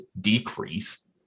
decrease